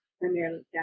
primarily